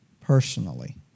personally